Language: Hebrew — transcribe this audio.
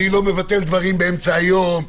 לא מבטל דברים באמצע היום.